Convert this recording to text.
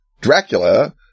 Dracula